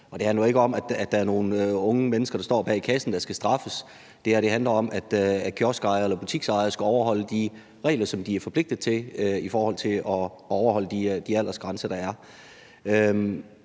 Det handler jo ikke om, at der er nogle unge mennesker, der står bag kassen, som skal straffes. Det her handler om, at kioskejere eller butiksejere skal overholde de regler, som de er forpligtet til i forhold til de aldersgrænser, der er.